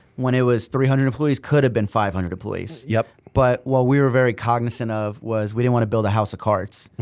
when it was three hundred employees, could have been five hundred employees, yeah but what we were very cognizant of was we didn't wanna build a house of cards.